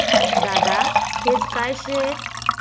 दादा हेज काय शे?